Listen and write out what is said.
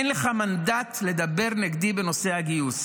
אין לך מנדט לדבר נגדי בנושא הגיוס.